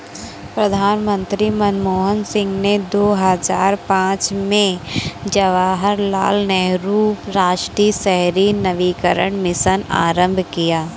प्रधानमंत्री मनमोहन सिंह ने दो हजार पांच में जवाहरलाल नेहरू राष्ट्रीय शहरी नवीकरण मिशन आरंभ किया